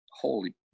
holy